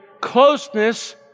closeness